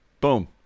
Boom